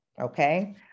okay